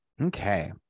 Okay